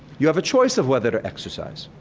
you have a choice of whether to exercise.